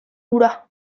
hura